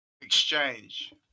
exchange